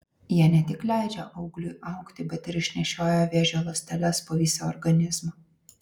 jie ne tik leidžia augliui augti bet ir išnešioja vėžio ląsteles po visą organizmą